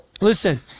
Listen